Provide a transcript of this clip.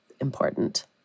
important